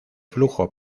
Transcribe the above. flujo